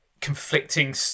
Conflicting